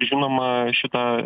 žinoma šita